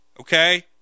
Okay